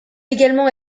également